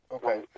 Okay